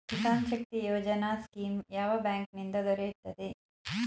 Kisan Shakti Yojana scheme ಯಾವ bank ನಿಂದ ದೊರೆಯುತ್ತದೆ?